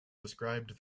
described